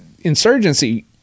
insurgency